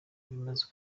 bimaze